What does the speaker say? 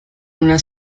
una